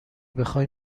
بخای